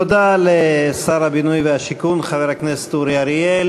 תודה לשר הבינוי והשיכון חבר הכנסת אורי אריאל.